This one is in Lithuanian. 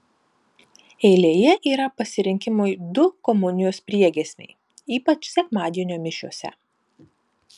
eilėje yra pasirinkimui du komunijos priegiesmiai ypač sekmadienio mišiose